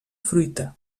fruita